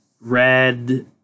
red